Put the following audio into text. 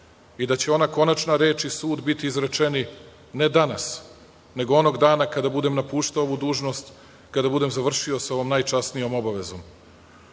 i da će ona konačna reč i sud biti izrečeni ne danas, nego onog dana kada budem napuštao ovu dužnost, kada budem završio sa ovom najčasnijom obavezom. Danas,